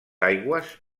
aigües